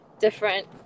different